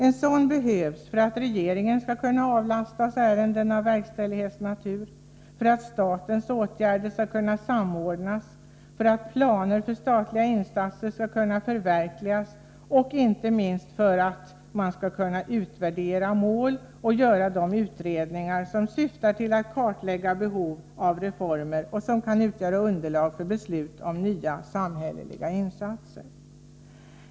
En sådan behövs för att regeringen skall kunna avlastas ärenden av verkställighetsnatur, för att statens åtgärder skall kunna samordnas, för att planer för statliga insatser skall kunna förverkligas och inte minst för att man skall kunna utvärdera mål och göra de utredningar som syftar till att kartlägga behovet av reformer och som kan utgöra underlag för beslut om nya samhälleliga insatser.